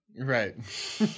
Right